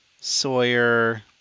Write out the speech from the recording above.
Sawyer